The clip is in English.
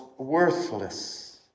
worthless